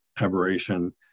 aberration